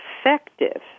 effective